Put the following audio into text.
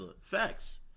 Facts